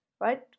right